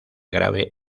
grave